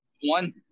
one